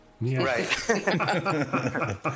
Right